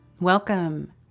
Welcome